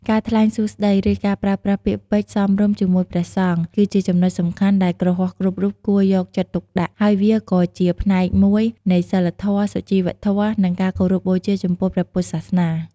ការថ្លែងសូរស្តី ឬការប្រើប្រាស់ពាក្យពេចន៍សមរម្យជាមួយព្រះសង្ឃ គឺជាចំណុចសំខាន់ដែលគ្រហស្ថគ្រប់រូបគួរយកចិត្តទុកដាក់ ហើយវាក៏ជាផ្នែកមួយនៃសីលធម៌ សុជីវធម៌ និងការគោរពបូជាចំពោះព្រះពុទ្ធសាសនា។